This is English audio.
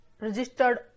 registered